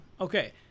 Okay